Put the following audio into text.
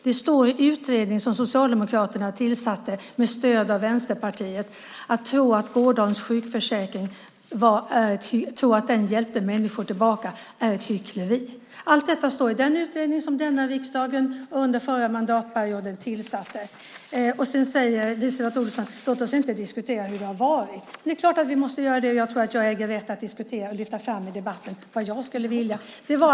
Det står i den utredning som Socialdemokraterna tillsatte med stöd av Vänsterpartiet. Att tro att gårdagens sjukförsäkring hjälpte människor tillbaka är hyckleri. Allt det står i den utredning som riksdagen tillsatte under den förra mandatperioden. LiseLotte Olsson säger att vi inte ska diskutera hur det har varit. Det är klart att vi måste göra det. Jag tror att jag har rätt att lyfta fram vad jag vill i debatten.